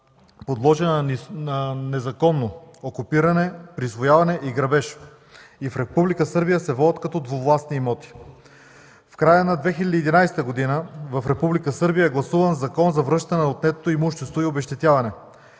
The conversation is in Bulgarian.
подложени на незаконно окупиране, присвояване и грабеж. В Република Сърбия се водят като двувластни имоти. В края на 2011 г. в Република Сърбия е гласуван Закон за връщане на отнетото имущество и обезщетяване.